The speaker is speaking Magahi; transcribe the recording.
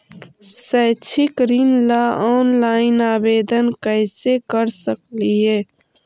शैक्षिक ऋण ला ऑनलाइन आवेदन कैसे कर सकली हे?